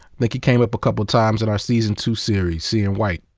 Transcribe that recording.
like he came up a couple times in our season two series, seeing white.